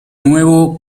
nuevo